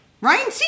Ryan